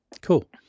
Cool